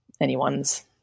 anyone's